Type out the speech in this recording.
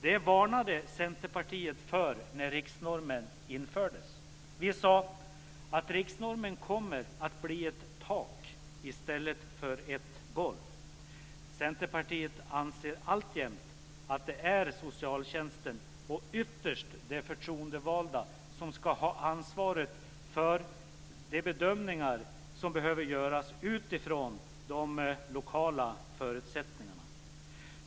Det varnade Centerpartiet för när riksnormen infördes. Vi sade att riksnormen kommer att bli ett tak i stället för ett golv. Centerpartiet anser alltjämt att det är socialtjänsten, och ytterst de förtroendevalda, som ska ha ansvaret för de bedömningar som behöver göras utifrån de lokala förutsättningarna.